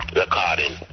recording